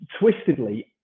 twistedly